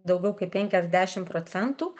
daugiau kaip penkiasdešim procentų